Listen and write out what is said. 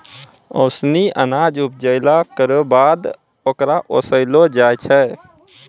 ओसौनी अनाज उपजाइला केरो बाद ओकरा ओसैलो जाय छै